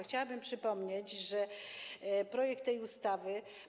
Chciałabym przypomnieć, że projekt tej ustawy.